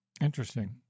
interesting